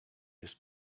jest